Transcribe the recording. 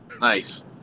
Nice